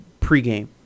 pregame